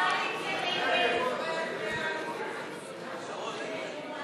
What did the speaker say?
ההסתייגות של סיעת הרשימה המשותפת לסעיף תקציבי 42,